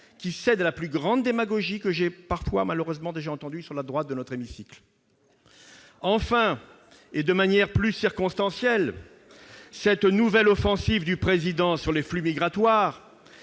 qui cède à la plus grande démagogie, que j'ai malheureusement déjà entendue sur la droite de notre hémicycle. Enfin, et de manière plus circonstancielle, cette nouvelle offensive du Président sur les flux migratoires